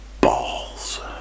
balls